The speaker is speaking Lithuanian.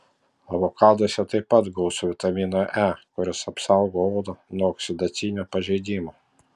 avokaduose taip pat gausu vitamino e kuris apsaugo odą nuo oksidacinio pažeidimo